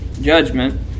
judgment